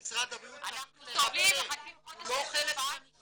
שמשרד הבריאות צריך לרפא, הוא לא חלק מהמשטרה.